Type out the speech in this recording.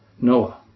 Noah